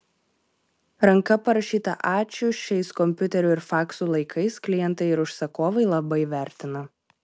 ranka parašytą ačiū šiais kompiuterių ir faksų laikais klientai ir užsakovai labai vertina